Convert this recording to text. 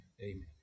amen